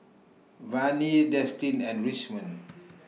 Vannie Destin and Richmond